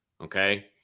Okay